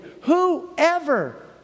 whoever